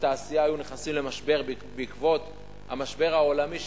ותעשייה היו נכנסים למשבר בעקבות המשבר העולמי,